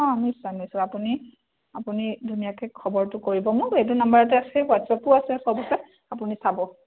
অঁ নিশ্চয় নিশ্চয় আপুনি আপুনি ধুনীয়াকৈ খবৰটো কৰিব মোক এইটো নাম্বাৰতে আছে হোৱাটছআপো আছে সব আছে আপুনি চাব